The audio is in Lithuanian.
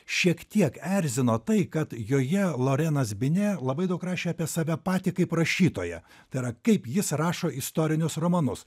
šiek tiek erzino tai kad joje lorenas binė labai daug rašė apie save patį kaip rašytoją tai yra kaip jis rašo istorinius romanus